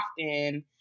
often